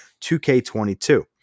2K22